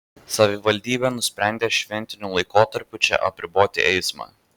savivaldybė nusprendė šventiniu laikotarpiu čia apriboti eismą